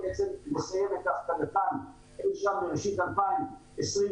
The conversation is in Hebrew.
--- בראשית 2021,